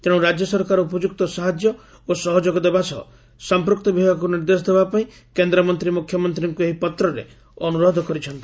ତେଣୁ ରାକ୍ୟ ସରକାର ଉପଯୁକ୍ତ ସାହାଯ୍ୟ ଓ ସହଯୋଗ ଦେବା ସହ ସମ୍ମକ୍ତ ବିଭାଗକୁ ନିର୍ଦ୍ଦେଶ ଦେବାପାଇଁ କେନ୍ଦ୍ରମନ୍ତୀ ମୁଖ୍ୟମନ୍ତୀଙ୍କୁ ଏହି ପତ୍ରରେ ଅନୁରୋଧ କରିଛନ୍ତି